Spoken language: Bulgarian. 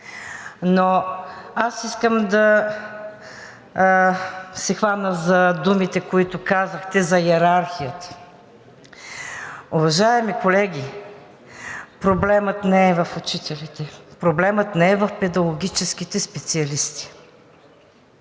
но аз искам да се хвана за думите, които казахте, за йерархията. Уважаеми колеги, проблемът не е в учителите, проблемът не е в педагогическите специалисти.